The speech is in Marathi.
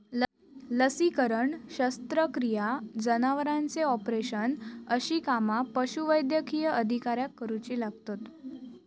लसीकरण, शस्त्रक्रिया, जनावरांचे ऑपरेशन अशी कामा पशुवैद्यकीय अधिकाऱ्याक करुची लागतत